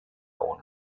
own